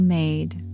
made